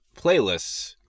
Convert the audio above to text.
playlists